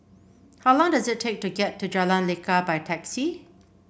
how long does it take to get to Jalan Lekar by taxi